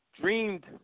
dreamed